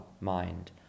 mind